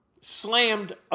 slammed